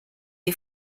des